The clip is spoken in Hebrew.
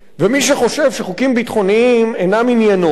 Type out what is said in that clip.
ומי שחושב שחוקים ביטחוניים אינם עניינו,